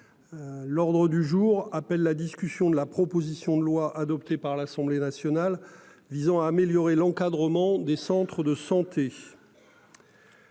L'ordre du jour appelle la discussion de la proposition de loi adoptée par l'Assemblée nationale visant à améliorer l'encadrement des centres de santé.